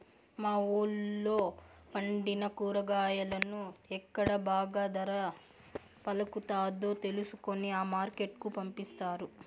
మా వూళ్ళో పండిన కూరగాయలను ఎక్కడ బాగా ధర పలుకుతాదో తెలుసుకొని ఆ మార్కెట్ కు పంపిస్తారు